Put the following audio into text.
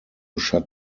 shut